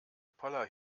poller